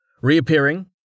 reappearing